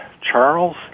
Charles